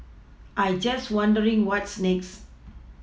I'm just wondering what's next